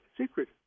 secret